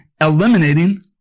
eliminating